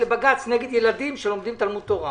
לבג"ץ נגד ילדים שלומדים בתלמוד תורה.